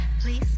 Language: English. please